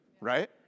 Right